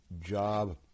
job